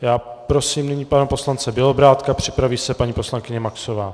Já prosím nyní pana poslance Bělobrádka, připraví se paní poslankyně Maxová.